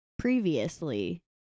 previously